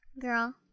Girl